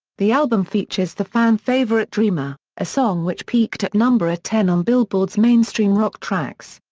the album features the fan favourite dreamer, a song which peaked at number ah ten on billboard's mainstream rock tracks.